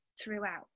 throughout